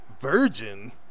Virgin